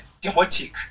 demotic